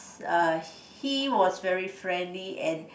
err he was a very friend and